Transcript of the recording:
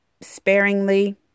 sparingly